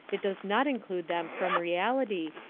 it does not exclude them from reality,